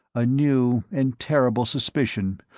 a new and terrible suspicion,